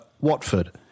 Watford